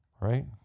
right